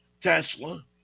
Tesla